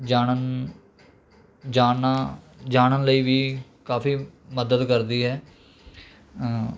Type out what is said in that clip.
ਜਾਣਨ ਲਈ ਵੀ ਕਾਫੀ ਮਦਦ ਕਰਦੀ ਹੈ